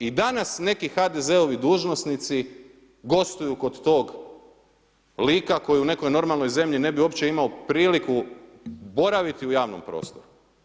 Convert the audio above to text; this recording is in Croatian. I danas neki HDZ-ovi dužnosnici gostuju kod tog lika koji u nekoj normalnoj zemlji ne bi uopće imao priliku boraviti u javnom prostoru.